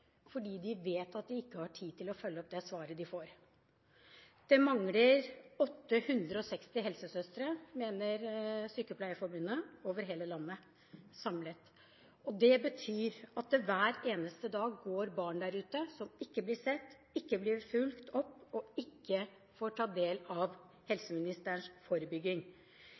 fordi de vet at de ikke har tid til å følge opp det svaret de får. Det mangler 860 helsesøstre, mener Sykepleierforbundet, over hele landet samlet. Det betyr at det hver eneste dag går barn der ute som ikke blir sett, ikke blir fulgt opp og ikke får ta del i helseministerens forebygging.